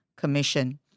Commission